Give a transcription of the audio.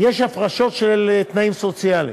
הפרשות של תנאים סוציאליים.